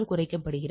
84 உதாரணமாக 3